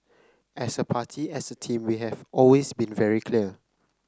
as a party as a team we have always been very clear